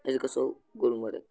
أسۍ گژھَو گُلمرگ